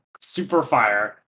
Superfire